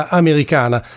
americana